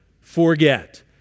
forget